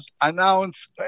announce